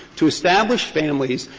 to establish families,